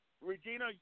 Regina